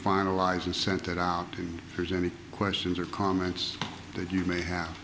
finalize and sent it out and there's any questions or comments that you may have